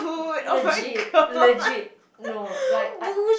legit legit no like I